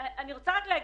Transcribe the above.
אני רוצה להגיד,